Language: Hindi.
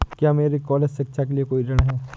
क्या मेरे कॉलेज शिक्षा के लिए कोई ऋण है?